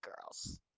Girls